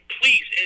please